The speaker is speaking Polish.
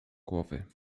głowy